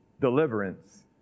deliverance